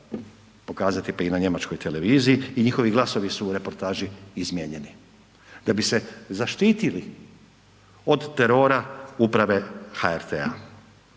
pokazati pa i na njemačkoj televiziji i njihovi glasovi su u reportaži izmijenjeni da bi se zaštitili od terora uprave HRT-a.